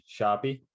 Sharpie